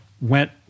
went